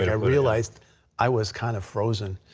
i realized i was kind of frozen.